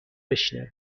بشنوم